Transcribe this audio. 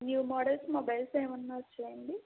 new models mobiles ఏమైనా వచ్చాయా అండి